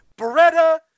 Beretta